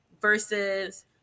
Versus